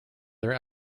their